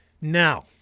now